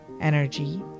energy